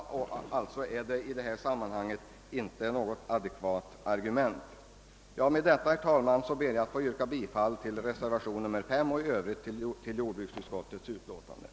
Detta är alltså inte i det här sammanhanget något adekvat argument. Med dessa ord, herr talman, ber jag att få yrka bifall till reservationen 5 och i Övrigt till jordbruksutskottets hemställan.